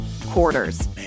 quarters